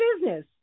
business